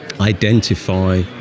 identify